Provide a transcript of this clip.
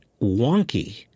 wonky